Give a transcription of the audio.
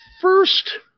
first